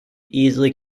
easily